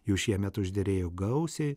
jų šiemet užderėjo gausiai